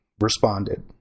responded